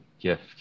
gift